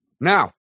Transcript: Now